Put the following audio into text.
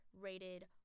rated